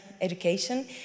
education